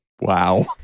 Wow